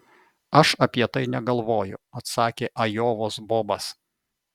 aš apie tai negalvoju atsakė ajovos bobas